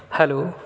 hello